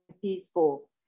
peaceful